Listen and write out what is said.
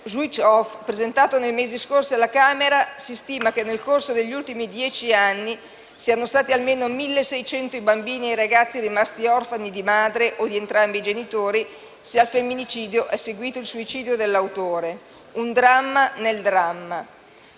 Switch-off, presentato nei mesi scorsi alla Camera, si stima che nel corso degli ultimi dieci anni siano stati almeno 1.600 i bambini e i ragazzi rimasti orfani di madre o di entrambi i genitori se al femminicidio è seguito il suicidio dell'autore. Un dramma nel dramma.